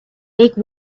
make